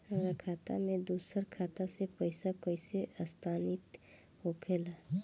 हमार खाता में दूसर खाता से पइसा कइसे स्थानांतरित होखे ला?